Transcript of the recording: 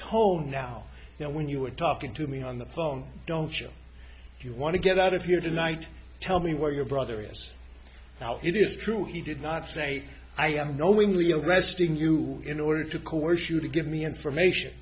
tone now you know when you were talking to me on the phone don't you want to get out of here tonight tell me where your brother is how it is true he did not say i am knowingly invest in you in order to coerce you to give me information